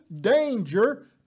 danger